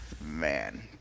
Man